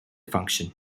function